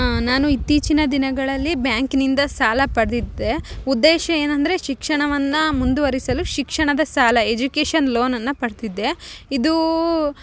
ನಾನು ಇತ್ತೀಚಿನ ದಿನಗಳಲ್ಲಿ ಬ್ಯಾಂಕ್ನಿಂದ ಸಾಲ ಪಡೆದಿದ್ದೆ ಉದ್ದೇಶ ಏನಂದರೆ ಶಿಕ್ಷಣವನ್ನು ಮುಂದುವರಿಸಲು ಶಿಕ್ಷಣದ ಸಾಲ ಎಜುಕೇಷನ್ ಲೋನನ್ನ ಪಡೆದಿದ್ದೆ ಇದೂ